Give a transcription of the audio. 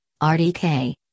RDK